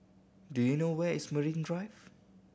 do you know where is Marine Drive